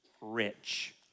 rich